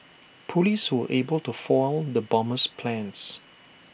Police were able to foil the bomber's plans